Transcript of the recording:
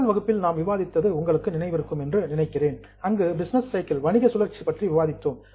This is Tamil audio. முதல் வகுப்பில் நாம் விவாதித்தது உங்களுக்கு நினைவிருக்கும் அங்கு பிசினஸ் சைக்கிள் வணிக சுழற்சி பற்றி விவாதித்தோம்